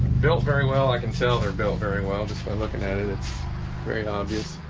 built very well, i can sell their bill very well just by looking at it. it's very obvious